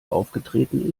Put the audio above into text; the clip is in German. aufgetreten